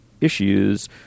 issues